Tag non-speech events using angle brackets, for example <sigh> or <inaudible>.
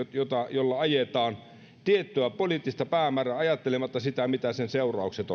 jolla ajetaan tiettyä poliittista päämäärää ajattelematta sitä mitkä sen seuraukset <unintelligible>